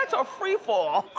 a free fall.